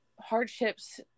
hardships